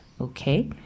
Okay